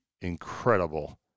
incredible